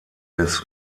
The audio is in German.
des